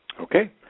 Okay